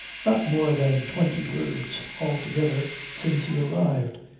not more than twenty words altogether since he arrived,